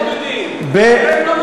אתם לא מתמודדים.